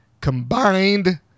combined